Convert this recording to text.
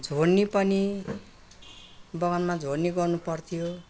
झोढनी पनि बगानमा झोढनी गर्नुपर्थ्यो